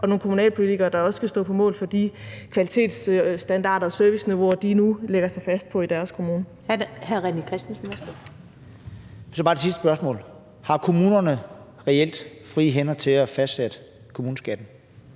og nogle kommunalpolitikere, der også skal stå på mål for de kvalitetsstandarder og serviceniveauer, de nu lægger sig fast på i deres kommune. Kl. 19:05 Første næstformand (Karen